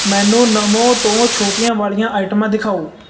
ਮੈਨੂੰ ਨਮੋ ਤੋਂ ਛੋਟੀਆਂ ਵਾਲੀਆਂ ਆਈਟਮਾਂ ਦਿਖਾਓ